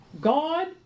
God